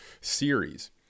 series